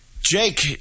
Jake